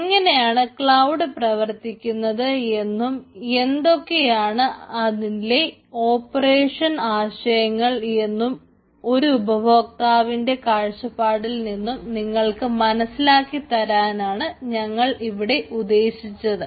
എങ്ങനെയാണ് ക്ലൌഡ് പ്രവർത്തിക്കുന്നത് എന്നും എന്തൊക്കെയാണ് അതിലെ ഓപ്പറേഷൻ ആശയങ്ങൾ എന്നും ഒരു ഉപഭോക്താവിന്റെ കാഴ്ചപ്പാടിൽ നിന്ന് നിങ്ങൾക്ക് മനസ്സിലാക്കി തരാനാണ് ഞങ്ങൾ ഇവിടെ ഉദ്ദേശിച്ചത്